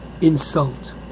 insult